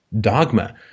dogma